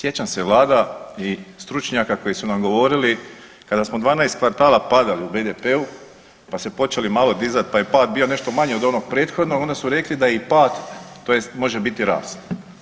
Sjećam se vlada i stručnjaka koji su nam govorili kada smo 12 kvartala padali u BDP-u pa se počeli malo dizati pa je pad bio nešto manji od onog prethodnog onda su rekli da je i pad tj. može biti rast.